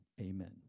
Amen